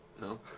no